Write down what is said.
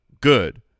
good